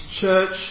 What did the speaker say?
church